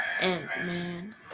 Ant-Man